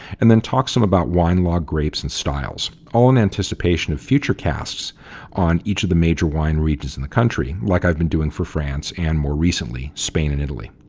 and then talk some about wine law, grapes and styles, all in anticipation of future casts on each of the major wine regions of the country, like i've been doing for france, and, more recently, spain and italy.